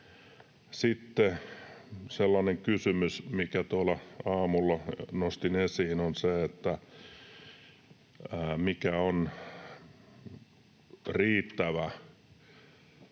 Sitten sellainen kysymys, minkä tuolla aamulla nostin esiin, on se, että mikä on riittävä